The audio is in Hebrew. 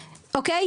אוקיי?